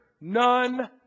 none